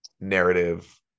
narrative